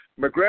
McGregor